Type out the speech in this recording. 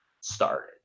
started